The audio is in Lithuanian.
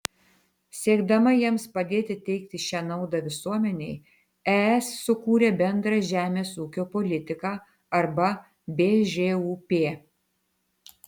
siekdama jiems padėti teikti šią naudą visuomenei es sukūrė bendrą žemės ūkio politiką arba bžūp